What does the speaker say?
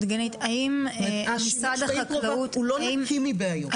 זאת אומרת השימוש באימפרובק הוא לא נקי מבעיות.